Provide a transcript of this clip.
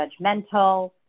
judgmental